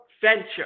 venture